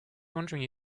wondering